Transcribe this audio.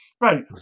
Right